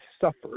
suffered